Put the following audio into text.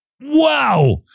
Wow